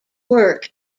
work